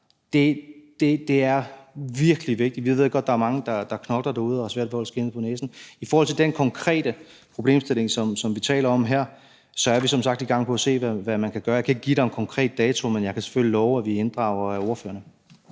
Det er virkelig vigtigt. Vi ved godt, at der er mange, der knokler derude og har svært ved at holde skindet på næsen. I forhold til den konkrete problemstilling, som vi taler om her, så er vi som sagt i gang med at se på, hvad man kan gøre. Jeg kan ikke give spørgeren en konkret dato, men jeg kan selvfølgelig love, at vi inddrager ordførerne.